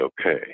okay